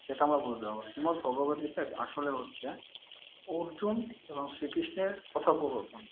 সেটা আমরা বুঝতে পারবো শ্রীমদ্ভগবদ্গীতায় আসলে হচ্ছে অর্জুন এবং শ্রী কৃষ্ণের কথোপকথন